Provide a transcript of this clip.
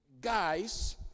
guys